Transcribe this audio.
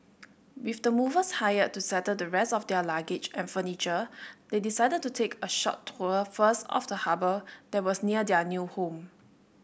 with the movers hired to settle the rest of their luggage and furniture they decided to take a short tour first of the harbour that was near their new home